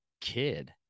kid